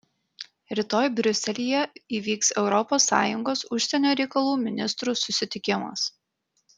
rytoj briuselyje įvyks europos sąjungos užsienio reikalų ministrų susitikimas